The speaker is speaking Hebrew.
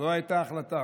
זו הייתה ההחלטה.